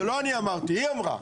זה לא אני אמרתי, היא אמרה,